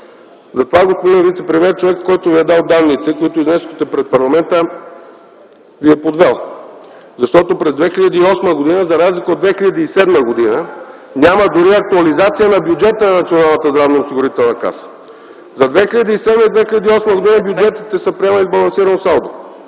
Затова, господин вицепремиер, човекът, който Ви е дал данните, които изнесохте пред парламента, Ви е подвел, защото през 2008 г. за разлика от 2007 г. няма дори актуализация на бюджета на Националната здравноосигурителна каса. За 2007 г. и 2008 г. бюджетите са приемани с балансирано салдо,